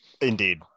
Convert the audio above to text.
Indeed